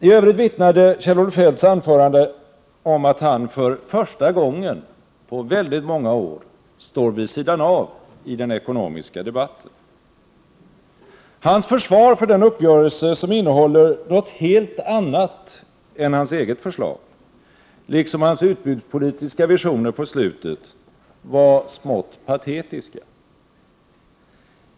I övrigt vittnade Kjell-Olof Feldts anförande om att han för första gången på väldigt många år står vid sidan av i den ekonomiska debatten. Hans försvar för den uppgörelse som innehåller något helt annat än hans eget förslag liksom hans utbudspolitiska visioner i slutet av anförandet var smått patetiska.